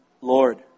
Lord